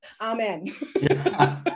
Amen